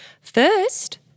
First